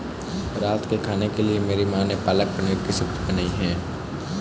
रात के खाने के लिए मेरी मां ने पालक पनीर की सब्जी बनाई है